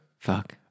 Fuck